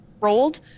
rolled